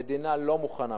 המדינה לא מוכנה,